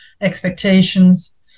expectations